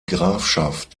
grafschaft